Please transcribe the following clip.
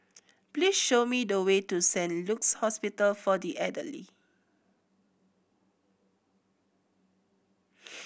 please show me the way to Saint Luke's Hospital for the Elderly